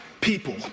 people